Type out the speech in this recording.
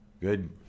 Good